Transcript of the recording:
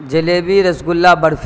jalebi rasgulla barfi